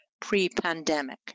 pre-pandemic